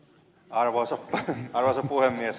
arvoisa puhemies